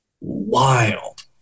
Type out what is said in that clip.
wild